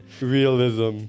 Realism